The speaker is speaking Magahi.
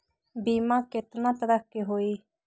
बीमा केतना तरह के होइ?